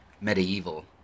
medieval